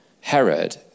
Herod